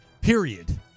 Period